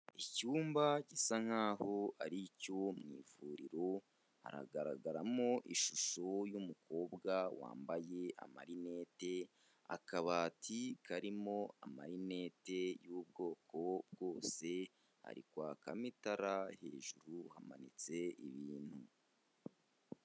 Icyumba gisa nkaho ari icyo mu ivuriro hagaragaramo ishusho y'umukobwa wambaye amarinete, akabati karimo amarinete y'ubwoko bwose ari kwakamo itara hejuru hamanitse ibintu.